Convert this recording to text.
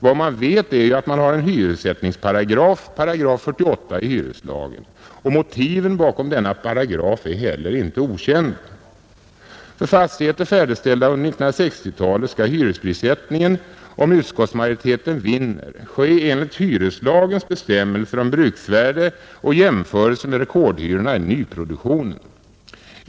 Vad man vet är att det finns en hyressättningsparagraf, 48 § i hyreslagen, och motiven bakom denna paragraf är heller inte okända. För fastigheter färdigställda under 1960-talet skall hyresprissättningen, om utskottsmajoriteten vinner, ske enligt hyreslagens bestämmelser om bruksvärde och i jämförelse med rekordhyrorna i nyproduktionen.